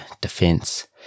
defense